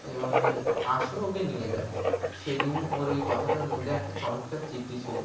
এবং এসো ওকে নিয়ে যাও সেদিন ওর ওই কথাটার মধ্যে একটা চমৎকার তৃপ্তি ছিল